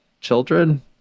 children